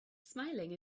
smiling